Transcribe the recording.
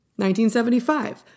1975